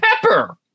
pepper